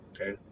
okay